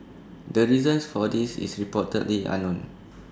the reason for this is reportedly unknown